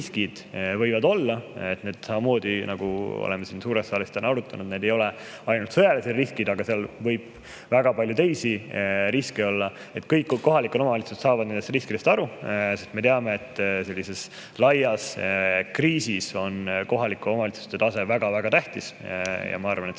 võivad olla. Samamoodi, nagu oleme siin suures saalis täna arutanud, need ei ole ainult sõjalised riskid, seal võib väga palju teisi riske olla. Et kõik kohalikud omavalitsused saavad nendest riskidest aru. Me teame, et sellises laias kriisis on kohalike omavalitsuste tase väga-väga tähtis. Ja ma arvan, et